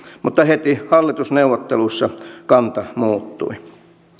mutta heti hallitusneuvotteluissa kanta muuttui